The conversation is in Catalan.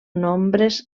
nombres